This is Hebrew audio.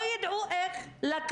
הוא